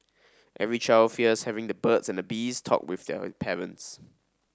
every child fears having the birds and the bees talk with their parents